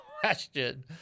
question